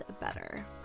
better